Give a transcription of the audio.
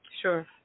Sure